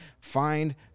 Find